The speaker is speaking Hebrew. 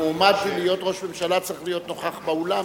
המועמד להיות ראש ממשלה צריך להיות נוכח באולם.